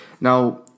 Now